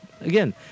again